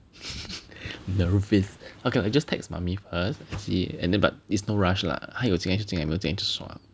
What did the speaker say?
the okay you just text mummy first and see and then but it's no rush lah 他又进来就进来没有就 sua